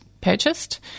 purchased